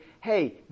hey